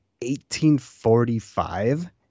1845